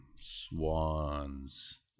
Swans